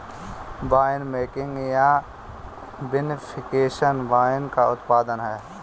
winemaking या vinification wine का उत्पादन है